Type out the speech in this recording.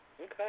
Okay